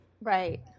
Right